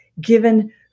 given